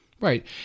Right